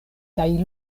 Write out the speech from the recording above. kaj